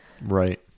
Right